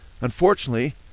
Unfortunately